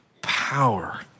Power